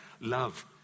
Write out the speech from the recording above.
love